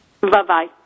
Bye-bye